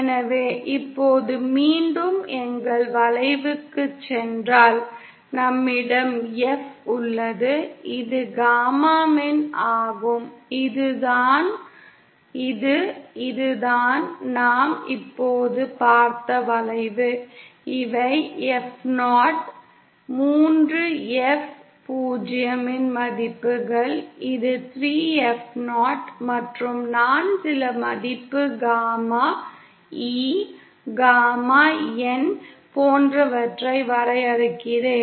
எனவே இப்போது மீண்டும் எங்கள் வளைவுக்குச் சென்றால் நம்மிடம் F உள்ளது இது காமா மின் ஆகும் இது இதுதான் நாம் இப்போது பார்த்த வளைவு இவை F0 3 F 0 இன் மதிப்புகள் இது 3F0 மற்றும் நான் சில மதிப்பு காமா E காமா என் போன்றவற்றை வரையறுக்கிறேன்